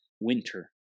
winter